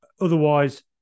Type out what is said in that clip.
otherwise